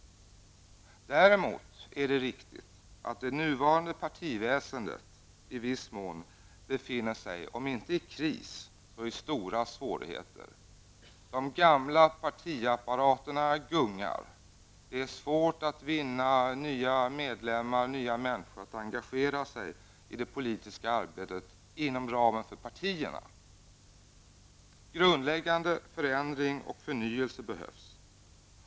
Däremot är det riktigt att det nuvarande partiväsendet i viss mån befinner sig, om inte i kris så i stora svårigheter. De gamla partiapparaterna gungar. Det är svårt att få nya medlemmar och människor att engagera sig i det politiska arbetet inom ramen för partierna. Grundläggande förändring och förnyelse behövs.